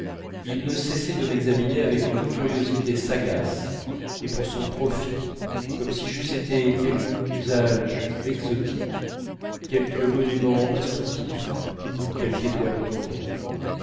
il ne cessait de m'examiner avec une curiosité sagace et pour son profit comme si j'eusse été quelque usage exotique quelque monument instructif ou quelque étoile en tournée